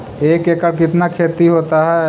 एक एकड़ कितना खेति होता है?